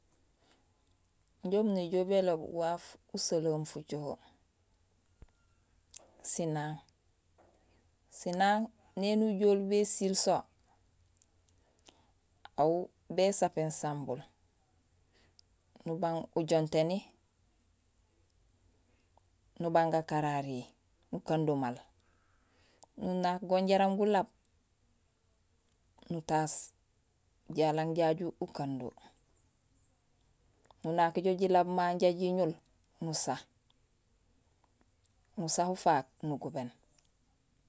Injé umunéjool béloop waaf usolee oom fucoho; sinaaŋ. Sinaaŋ néni ujool bésiil so, aw bésapéén sambul, nubang ujonténi, nubang gakararihi, nukando maal, nunaak go jaraam gulaab, nutaas jalang jaju ukando, nunaakjo jilaab maa jaa jiñul, nusá, nusá ufaak nugubéén.